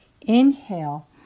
inhale